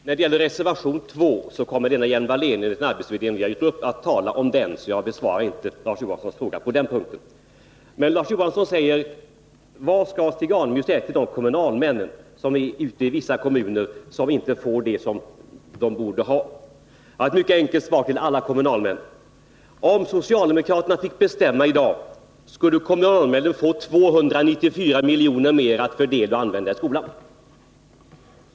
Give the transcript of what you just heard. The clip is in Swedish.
Herr talman! Reservation 2 kommer Lena Hjelm-Wallén att tala om enligt den arbetsfördelning vi har gjort upp, så jag besvarar inte Larz Johanssons fråga på den punkten. Larz Johansson frågar sedan: Vad skall Stig Alemyr säga till kommunalmännen ute i vissa kommuner som inte får det de borde ha? Ett mycket enkelt svar till alla kommunalmän: Om socialdemokraterna fick bestämma i dag, skulle kommunalmännen få 294 milj.kr. mer att fördela och använda i skolan.